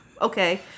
okay